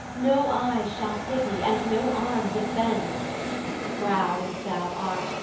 no eye shall pity, and no arm defend proud as thou art,